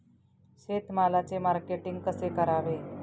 शेतमालाचे मार्केटिंग कसे करावे?